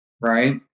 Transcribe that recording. right